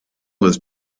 was